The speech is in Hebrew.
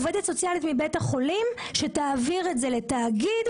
מהעובדת הסוציאלית בבית החולים שתעביר את זה לתאגיד,